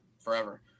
forever